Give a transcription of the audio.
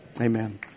Amen